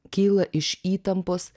kyla iš įtampos